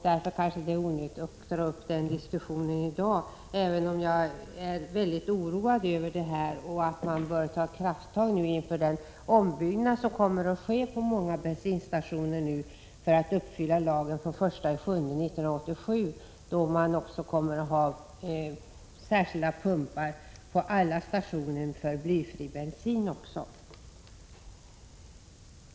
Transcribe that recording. Därför kanske det är onödigt att dra upp den diskussionen i dag, även om detta är en fråga som jag är väldigt oroad över. Jag anser att man bör ta krafttag för att komma till rätta med det problemet inför den ombyggnad som kommer att ske på många bensinstationer för att de skall uppfylla lagens fordringar den 1 juli 1987, då alla stationer skall vara utrustade med särskilda pumpar för blyfri bensin.